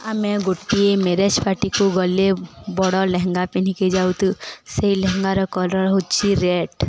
ଆମେ ଗୋଟିଏ ମ୍ୟାରେଜ୍ ପାାର୍ଟିକୁ ଗଲେ ବଡ଼ ଲେହେଙ୍ଗା ପିନ୍ଧିକି ଯାଉଛୁ ସେଇ ଲେହେଙ୍ଗାର କଲର୍ ହେଉଛି ରେଡ଼୍